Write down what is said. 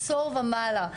עשור ומעלה,